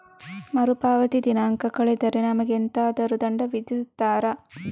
ಮರುಪಾವತಿ ದಿನಾಂಕ ಕಳೆದರೆ ನಮಗೆ ಎಂತಾದರು ದಂಡ ವಿಧಿಸುತ್ತಾರ?